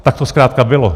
Tak to zkrátka bylo.